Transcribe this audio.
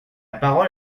parole